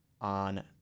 on